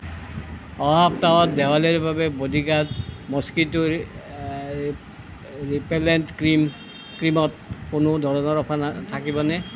অহা সপ্তাহত দেৱালীৰ বাবে বডিগাৰ্ড মস্কিটো ৰিপেলেণ্ট ক্ৰীম ক্ৰীমত কোনো ধৰণৰ অফাৰ থাকিবনে